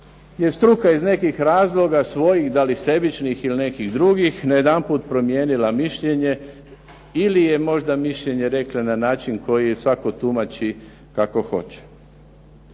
je struka iz nekim razloga svojih, da li sebičnih ili nekih drugih, najedanput promijenila mišljenje ili je možda mišljenje na način koji svatko tumači kako hoće.